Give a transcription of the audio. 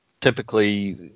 Typically